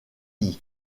pays